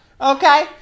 Okay